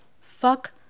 Fuck